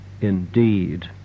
indeed